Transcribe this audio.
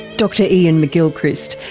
dr iain mcgilchrist,